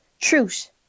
truth